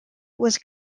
was